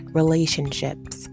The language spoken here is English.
relationships